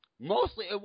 Mostly